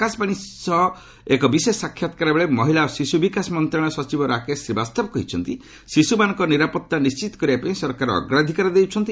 ଆକାଶବାଣୀ ସମ୍ଭାଦ ବିଭାଗ ସହ ଏକ ବିଶେଷ ସାକ୍ଷାତକାର ବେଳେ ମହିଳା ଓ ଶିଶୁ ବିକାଶ ମନ୍ତ୍ରଣାଳୟର ସଚିବ ରାକେଶ ଶ୍ରୀବାସ୍ତବ କହିଛନ୍ତି ଶିଶୁମାନଙ୍କ ନିରାପତ୍ତା ନିଶ୍ଚିତ କରିବା ପାଇଁ ସରକାର ଅଗ୍ରାଧିକାର ଦେଉଛନ୍ତି